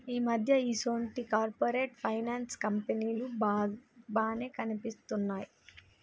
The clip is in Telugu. ఈ మధ్య ఈసొంటి కార్పొరేట్ ఫైనాన్స్ కంపెనీలు బానే కనిపిత్తున్నయ్